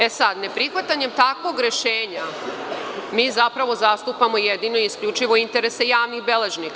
E sad, neprihvatanjem takvog rešenja mi zapravo zastupamo jedino i isključivo interese javnih beležnika.